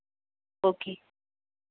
okay